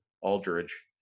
Aldridge